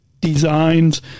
designs